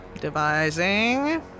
Devising